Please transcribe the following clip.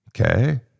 Okay